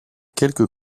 quelques